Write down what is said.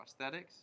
prosthetics